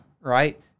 right